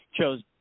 chose